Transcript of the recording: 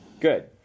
good